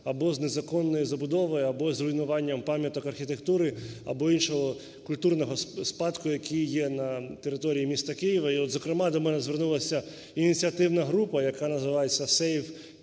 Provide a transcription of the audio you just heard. або з незаконною забудовою, або з руйнуванням пам'яток архітектури, або іншого культурного спадку, який є на території міста Києва. І от, зокрема, до мене звернулася ініціативна група, яка називаєтьсяSavekyivmodernism,